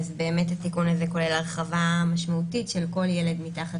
התיקון הזה כולל הרחבה משמעותית של כל ילד מתחת